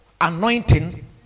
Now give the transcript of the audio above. anointing